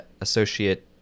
associate